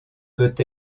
peut